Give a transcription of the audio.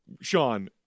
Sean